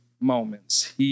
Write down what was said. moments